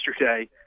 yesterday